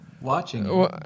watching